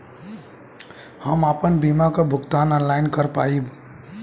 हम आपन बीमा क भुगतान ऑनलाइन कर पाईब?